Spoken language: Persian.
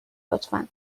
لطفا